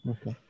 Okay